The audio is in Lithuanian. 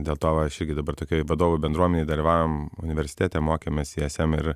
dėl to aš gi dabar tokioj vadovų bendruomenei dalyvavom universitete mokėmės ism ir